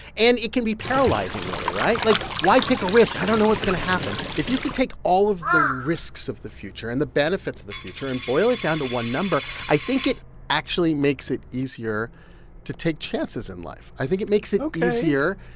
and it can be paralyzing, really, right? like, why take a risk? i don't know what's going to happen. if you could take all of the risks of the future and the benefits of the future and boil it down to one number, i think it actually makes it easier to take chances in life. i think it makes it easier.